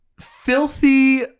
filthy